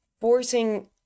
Forcing